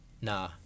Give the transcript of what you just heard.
Nah